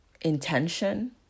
Intention